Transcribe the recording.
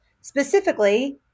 specifically